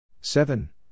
Seven